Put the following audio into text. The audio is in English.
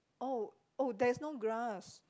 oh oh there's no grass